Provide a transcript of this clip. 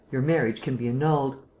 your marriage can be annulled.